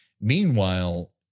Meanwhile